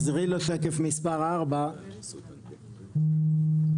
שקף מספר 4. פה,